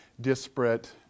disparate